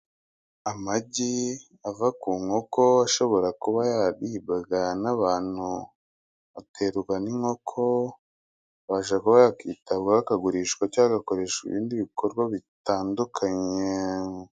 Amagi ava ku nkoko ashobora kuba yaribwaga n'abantu, aterwa n'inkoko, abasha kuba yakitabwaho akagurishwa cyangwa agakoreshwa ibindi bikorwa bitandukanye.